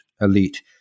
elite